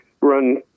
run